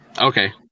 okay